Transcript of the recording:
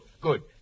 good